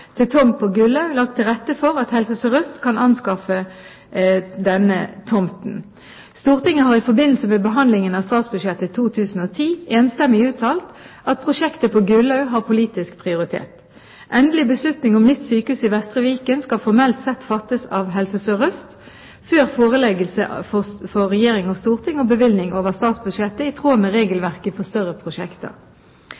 til tomt på Gullaug lagt til rette for at Helse Sør-Øst kan anskaffe denne tomten. Stortinget har i forbindelse med behandlingen av statsbudsjettet 2010 enstemmig uttalt at prosjektet på Gullaug har politisk prioritet. Endelig beslutning om nytt sykehus i Vestre Viken skal formelt sett fattes av Helse Sør-Øst før foreleggelse for regjering og storting og bevilgning over statsbudsjettet i tråd med